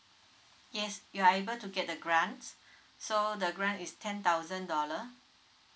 yes you are able to get the grant so the grant is ten thousand dollar